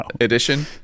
edition